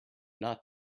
not